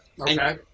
Okay